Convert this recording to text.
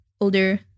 older